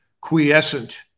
quiescent